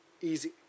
easy